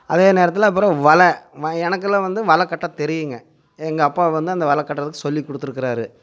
அதே நேரத்தில் அப்புறம் வலை வை எனக்கு எல்லாம் வந்து வலை கட்ட தெரியுங்க எங்கள் அப்பா வந்து அந்த வலை கட்டுறதுக்கு சொல்லி கொடுத்துருக்கறாரு